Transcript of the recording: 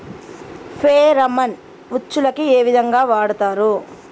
Pheromone ఉచ్చులకు ఏ విధంగా వాడుతరు?